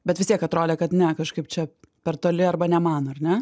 bet vis tiek atrodė kad ne kažkaip čia per toli arba ne man ar ne